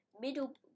middle